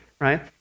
right